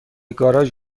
گاراژ